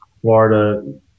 Florida